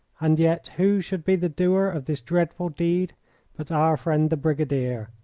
and yet who should be the doer of this dreadful deed but our friend the brigadier,